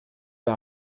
der